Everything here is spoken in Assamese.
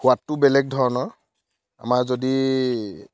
সোৱাদটো বেলেগ ধৰণৰ আমাৰ যদি